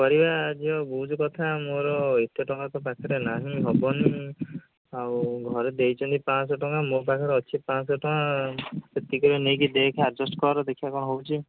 କରିବା ଝିଅ ବୁଝ କଥା ମୋର ଏତେ ଟଙ୍କା ତ ପାଖରେ ନାହିଁ ହେବନି ଆଉ ଘରେ ଦେଇଛନ୍ତି ପାଞ୍ଚଶହ ଟଙ୍କା ମୋ ପାଖରେ ଅଛି ପାଞ୍ଚଶହ ଟଙ୍କା ସେତିକିରେ ନେଇକି ଦେଖ ଆଡ଼ଜଷ୍ଟ କର ଦେଖବା କ'ଣ ହେଉଛି